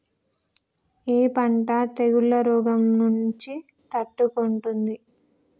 ఏ పంట తెగుళ్ల రోగం నుంచి తట్టుకుంటుంది?